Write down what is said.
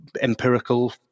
empirical